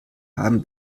haben